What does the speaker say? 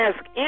ask